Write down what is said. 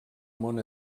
món